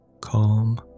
Calm